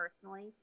personally